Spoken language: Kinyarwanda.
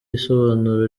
yisobanure